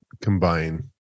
Combine